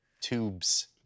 tubes